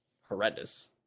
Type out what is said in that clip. horrendous